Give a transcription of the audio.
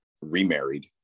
remarried